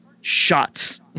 shots